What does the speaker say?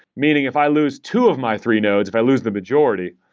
meaning, if i lose two of my three nodes, if i lose the majority,